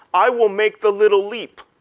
i will make the little leap